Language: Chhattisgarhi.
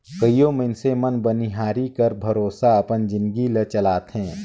कइयो मइनसे मन बनिहारी कर भरोसा अपन जिनगी ल चलाथें